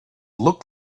looked